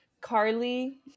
Carly